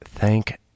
Thank